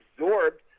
absorbed